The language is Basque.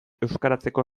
euskaratzeko